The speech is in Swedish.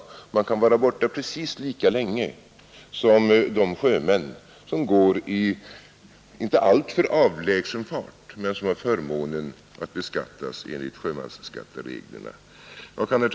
Fiskaren kan vara borta precis lika länge som de sjömän som går i inte alltför avlägsen fart men som har förmånen att beskattas enligt sjömansskattereglerna. Herr talman!